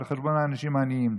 על חשבון האנשים העניים.